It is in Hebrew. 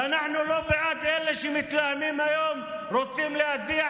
ואנחנו לא בעד אלה שמתלהמים היום ורוצים להדיח